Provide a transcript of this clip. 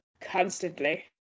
constantly